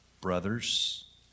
brothers